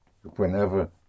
whenever